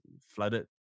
flooded